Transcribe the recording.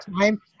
time